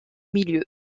milieu